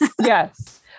Yes